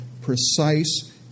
precise